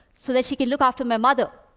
so that she can look after my mother?